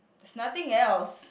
there's nothing else